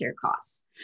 costs